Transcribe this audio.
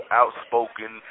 outspoken